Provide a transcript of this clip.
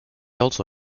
also